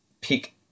pick